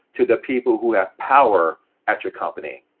to the people who have power at your company?